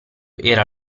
era